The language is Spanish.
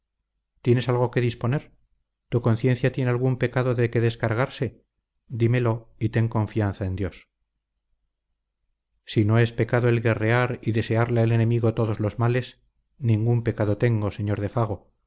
tienes algo que disponer tu conciencia tiene algún pecado de que descargarse dímelo y ten confianza en dios si no es pecado el guerrear y desearle al enemigo todos los males ningún pecado tengo señor de fago